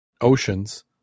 oceans